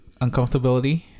uncomfortability